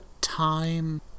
time